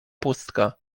pustka